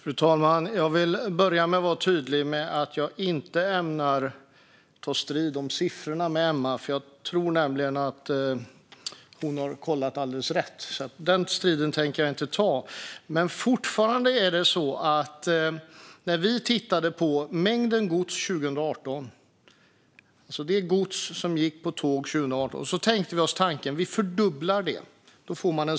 Fru talman! Jag vill börja med att vara tydlig med att jag inte ämnar ta strid om siffrorna med Emma. Jag tror nämligen att hon har kollat alldeles rätt. Men fortfarande är det som jag sa tidigare. År 2018 tittade vi på den mängd gods som gick på tåg och tänkte oss att vi fördubblade den.